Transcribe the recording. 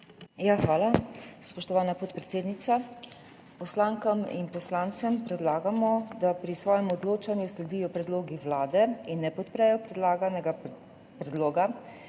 Hvala, spoštovana podpredsednica. Poslankam in poslancem predlagamo, da pri svojem odločanju sledijo predlogu Vlade in ne podprejo predlaganega predloga.